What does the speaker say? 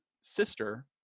sister